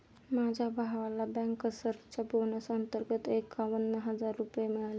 माझ्या भावाला बँकर्सच्या बोनस अंतर्गत एकावन्न हजार रुपये मिळाले